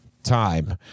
time